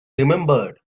remembered